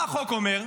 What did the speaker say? מה החוק אומר?